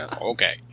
Okay